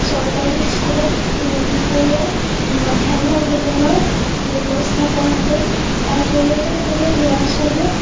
চৰকাৰী স্কুলত দুপৰীয়া মধ্যাহ্ন ভোজনৰ ব্যৱস্থা কৰা হয় তাৰ জৰিয়তে কোনো ল'ৰা ছোৱালীয়ে